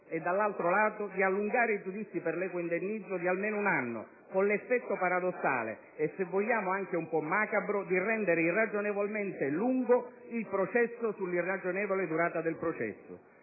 e, dall'altro lato, di allungare i giudizi per l'equo indennizzo di almeno un anno, con l'effetto paradossale e - se vogliamo anche un po' macabro -di rendere irragionevolmente lungo il processo sulla irragionevole durata del processo.